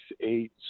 eight